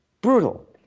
Brutal